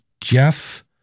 Jeff